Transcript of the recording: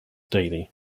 daily